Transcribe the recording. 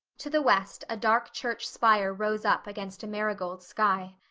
to the west a dark church spire rose up against a marigold sky.